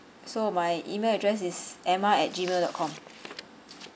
so my email address is emma at gmail dot com